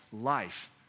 life